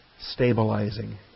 stabilizing